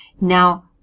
Now